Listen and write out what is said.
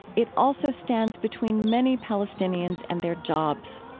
it also stands between many palestinians and their jobs.